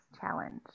challenge